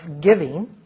giving